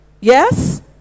Yes